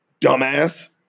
Dumbass